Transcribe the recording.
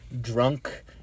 drunk